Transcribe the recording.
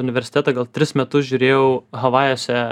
universitetą gal tris metus žiūrėjau havajuose